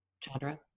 Chandra